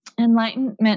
enlightenment